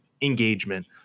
engagement